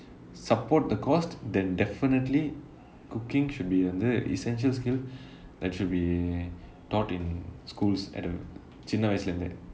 support the cost then definitely cooking should be வந்து:vanthu essential skill that should be taught in schools at a சின்ன வயசுளே இருந்தே:chinna vayasulae irunthae